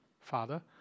Father